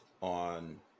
on